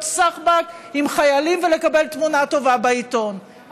סחבק עם חיילים ולקבל תמונה טובה בעיתון,